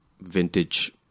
vintage